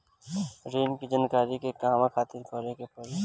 ऋण की जानकारी के कहवा खातिर का करे के पड़ी?